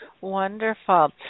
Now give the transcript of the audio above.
wonderful